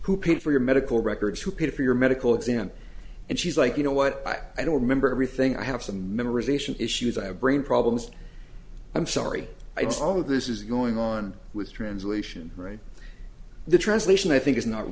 who paid for your medical records who paid for your medical exam and she's like you know what i don't remember everything i have some memorization issues i have brain problems i'm sorry it's all of this is going on with translation right the translation i think is not